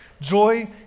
Joy